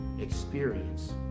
experience